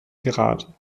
gerade